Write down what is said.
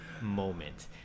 moment